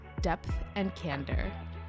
depthandcandor